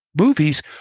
movies